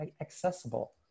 accessible